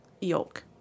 yolk